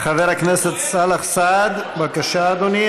חבר הכנסת סאלח סעד, בבקשה, אדוני.